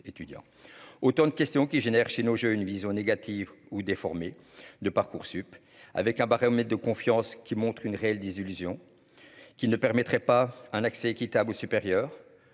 autant de questions qui génère chez nos une vision négative ou déformée de Parcoursup avec un baromètre de confiance qui montre une réelle désillusion qui ne permettrait pas un accès équitable aux supérieur